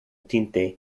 tinte